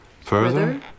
Further